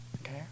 Okay